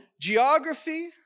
geography